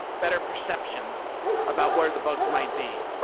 better perception about where the bugs might be.